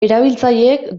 erabiltzaileek